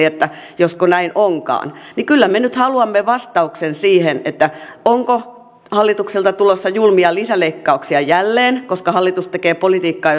että josko näin onkaan kyllä me nyt haluamme vastauksen siihen onko hallitukselta tulossa julmia lisäleikkauksia jälleen koska hallitus tekee politiikkaa